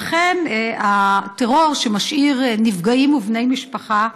הטרור, שמשאיר נפגעים ובני משפחה,